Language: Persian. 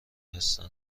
هستن